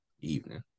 evening